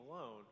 alone